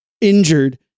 injured